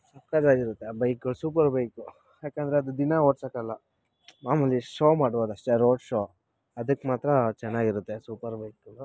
ಸಖತ್ತಾಗಿರುತ್ತೆ ಆ ಬೈಕ್ಗಳು super bike ಯಾಕಂದರೆ ಅದು ದಿನಾ ಓಡ್ಸೋಕ್ಕಲ್ಲ ಮಾಮೂಲಿ ಶೋ ಮಾಡ್ಬೋದು ಅಷ್ಟೇ ರೋಡ್ ಶೋ ಅದಕ್ಕೆ ಮಾತ್ರ ಚೆನ್ನಾಗಿರುತ್ತೆ ಸೂಪರ್ ಬೈಕ್ಗಳು